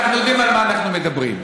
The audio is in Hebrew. אנחנו יודעים על מה אנחנו מדברים,